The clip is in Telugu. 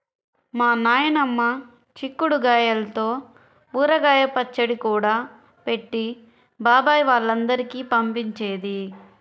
మా నాయనమ్మ చిక్కుడు గాయల్తో ఊరగాయ పచ్చడి కూడా పెట్టి బాబాయ్ వాళ్ళందరికీ పంపించేది